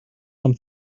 out